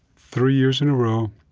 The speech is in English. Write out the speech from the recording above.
three years in a row,